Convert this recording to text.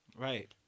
Right